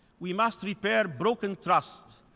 we must repair broken trust.